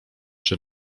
czy